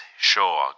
Sure